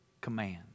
command